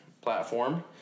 platform